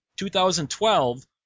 2012